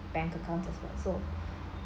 bank accounts as well so